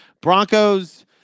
Broncos